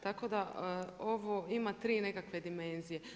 Tako da ovo ima 3 nekakve dimenzije.